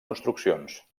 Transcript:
construccions